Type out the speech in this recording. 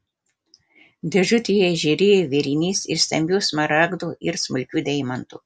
dėžutėje žėrėjo vėrinys iš stambių smaragdų ir smulkių deimantų